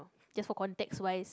just for context wise